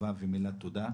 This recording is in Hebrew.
טובה ומילת תודה.